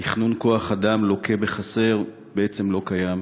תכנון כוח-אדם לוקה בחסר, בעצם, לא קיים,